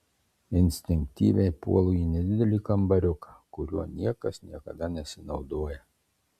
instinktyviai puolu į nedidelį kambariuką kuriuo niekas niekada nesinaudoja